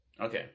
Okay